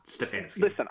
listen